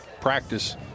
practice